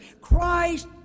Christ